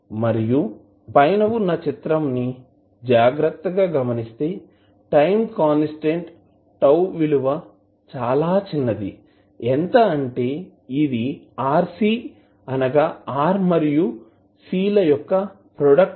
మీరు పైన ఉన్న చిత్రం ని జగ్రత్తగా గమనిస్తే టైం కాన్స్టాంట్ τ విలువ చాల చిన్నది ఎంతఅంటే ఇది RC అనగా R మరియు C ల యొక్క ప్రోడక్ట్ కు సమానంగా ఉంటుంది